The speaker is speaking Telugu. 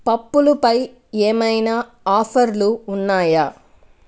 పప్పులపై ఏమైనా ఆఫర్లు ఉన్నాయా